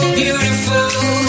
beautiful